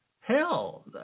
hell